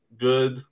good